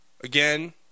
again